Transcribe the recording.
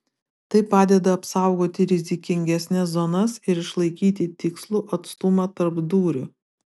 tai padeda apsaugoti rizikingesnes zonas ir išlaikyti tikslų atstumą tarp dūrių